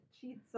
cheats